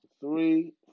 three